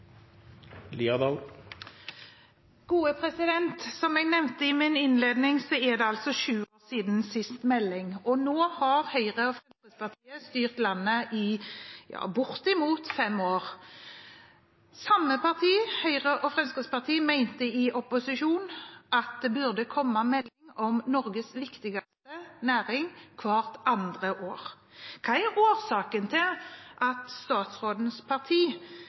det altså sju år siden sist melding, og nå har Høyre og Fremskrittspartiet styrt landet i bortimot fem år. De samme partiene, Høyre og Fremskrittspartiet, mente i opposisjon at det burde komme en melding om Norges viktigste næring hvert andre år. Hva er årsaken til at statsrådens parti